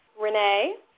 Renee